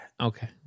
Okay